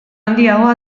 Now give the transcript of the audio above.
handiagoa